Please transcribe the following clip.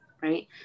right